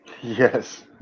Yes